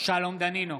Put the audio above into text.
שלום דנינו,